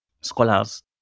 scholars